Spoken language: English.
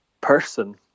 person